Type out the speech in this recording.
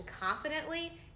confidently